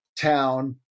town